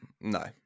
No